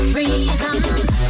reasons